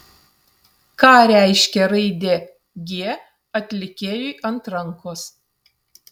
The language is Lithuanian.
ką reiškia raidė g atlikėjui ant rankos